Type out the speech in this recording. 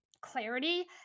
clarity